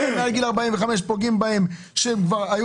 אלה מעל גיל 45 פוגעים בהם שהם כבר היו